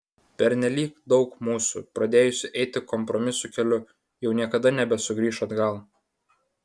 pernelyg daug mūsų pradėjusių eiti kompromisų keliu jau niekada nebesugrįš atgal